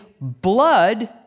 blood